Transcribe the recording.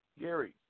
Gary